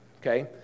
Okay